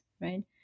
right